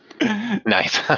Nice